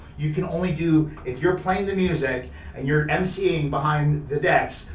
you can only do, if you're playing the music and you're emceeing behind the decks,